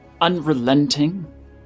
unrelenting